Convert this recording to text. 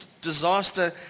disaster